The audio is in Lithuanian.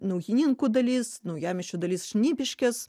naujininkų dalis naujamiesčio dalis šnipiškės